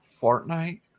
Fortnite